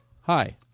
Hi